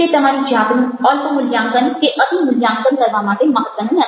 તે તમારી જાતનું અલ્પ મૂલ્યાંકન કે અતિ મૂલ્યાંકન કરવા માટે મહત્ત્વનું નથી